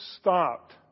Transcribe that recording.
stopped